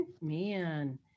man